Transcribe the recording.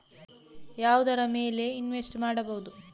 ಯಾವುದರ ಮೇಲೆ ಇನ್ವೆಸ್ಟ್ ಮಾಡಬಹುದು?